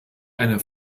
eine